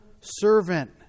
servant